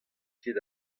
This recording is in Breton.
ket